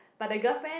but the girlfriend